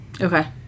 Okay